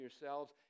yourselves